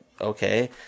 okay